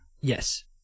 Yes